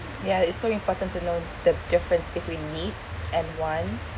ya it's so important to know the difference between needs and wants